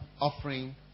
offering